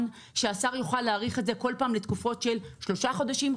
שהשר יוכל להאריך את זה כל פעם לתקופות של שלושה חודשים,